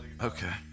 Okay